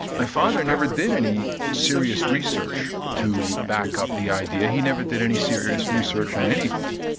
my father never did any serious research to back up the idea he never did any serious research on anything.